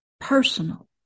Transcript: personal